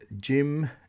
Jim